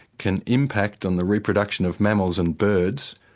can impact on the reproduction of mammals and birds,